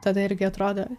tada irgi atrodo